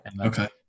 okay